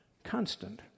constant